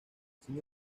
sin